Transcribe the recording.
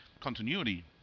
continuity